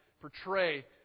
portray